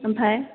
ओमफ्राय